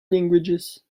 languages